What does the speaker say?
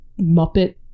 muppet